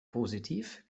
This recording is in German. positiv